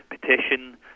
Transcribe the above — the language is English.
petition